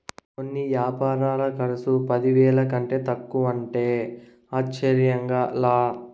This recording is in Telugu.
కొన్ని యాపారాల కర్సు పదివేల కంటే తక్కువంటే ఆశ్చర్యంగా లా